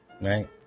right